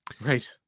right